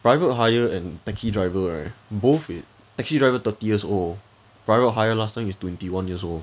private hire and taxi driver right both it taxi driver thirty years old private hire last time is twenty one years old